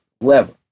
whoever